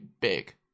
big